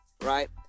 right